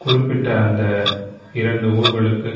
குறிப்பிட்ட அந்த இரண்டு ஊர்களுக்கு